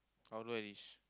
although it is